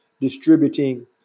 distributing